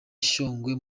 shyogwe